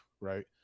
right